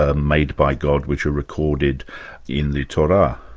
ah made by god, which are recorded in the torah.